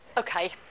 okay